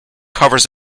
covers